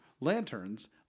lanterns